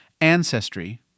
Ancestry